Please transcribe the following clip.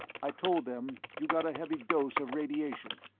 i told them you got a heavy dose of radiation,